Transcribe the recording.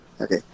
Okay